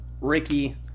Ricky